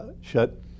shut